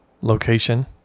location